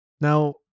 Now